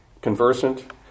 conversant